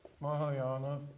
Mahayana